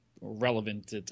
relevant